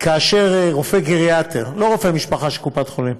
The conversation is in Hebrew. כאשר רופא גריאטרי, לא רופא משפחה של קופת-חולים,